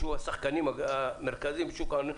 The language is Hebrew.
השחקנים המרכזיים בשוק ההון,